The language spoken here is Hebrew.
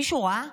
מישהו ראה פרה,